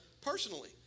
personally